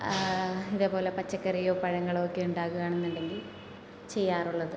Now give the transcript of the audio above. ഇതുപോലെ പച്ചക്കറിയോ പഴങ്ങളോ ഒക്കെ ഉണ്ടാകുകയാണെന്നുണ്ടെങ്കിൽ ചെയ്യാറുള്ളത്